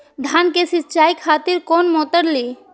धान के सीचाई खातिर कोन मोटर ली?